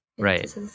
Right